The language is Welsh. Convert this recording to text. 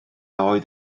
oedd